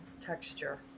texture